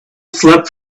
slept